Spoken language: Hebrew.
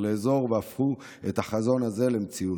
לאזור והפכו את החזון הזה למציאות.